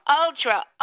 ultra